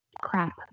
crap